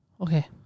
Okay